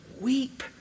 weep